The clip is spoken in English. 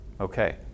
Okay